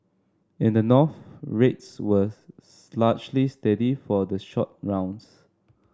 in the North rates were largely steady for the short rounds